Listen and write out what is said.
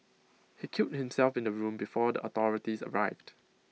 he killed himself in the room before the authorities arrived